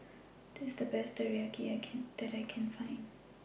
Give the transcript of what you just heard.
This IS The Best Teriyaki I Can that I Can Find